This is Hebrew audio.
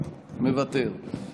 מוותר,